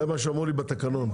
זה מה שאמרו לי, לפי התקנון.